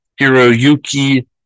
Hiroyuki